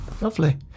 Lovely